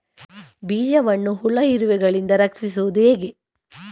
ಬೀಜವನ್ನು ಹುಳ, ಇರುವೆಗಳಿಂದ ರಕ್ಷಿಸುವುದು ಹೇಗೆ?